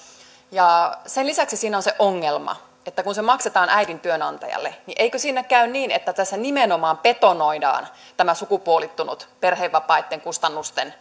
sen lisäksi siinä on se ongelma että kun se maksetaan äidin työnantajalle niin eiköhän siinä käy niin että tässä nimenomaan betonoidaan tämä sukupuolittunut perhevapaitten kustannusten